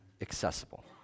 accessible